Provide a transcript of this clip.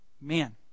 Man